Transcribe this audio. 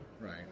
right